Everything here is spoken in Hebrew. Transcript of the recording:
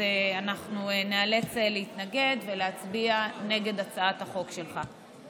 ואנחנו ניאלץ להתנגד ולהצביע נגד הצעת החוק שלך.